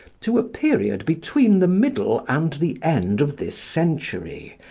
to a period between the middle and the end of this century,